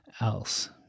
else